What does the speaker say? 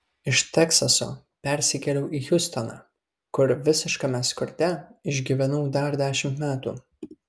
iš teksaso persikėliau į hjustoną kur visiškame skurde išgyvenau dar dešimt metų